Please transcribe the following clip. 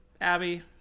Abby